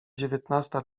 dziewiętnasta